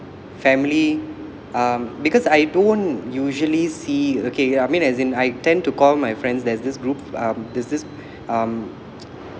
family um because I don't usually see okay I mean as in I tend to call my friends there's this group um there's this um